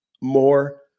more